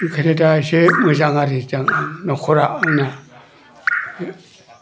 ओंखायनो दा एसे मोजां आरो आं न'खरा आंना